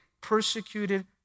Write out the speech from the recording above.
persecuted